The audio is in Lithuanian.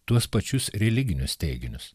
tuos pačius religinius teiginius